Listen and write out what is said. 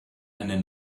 eine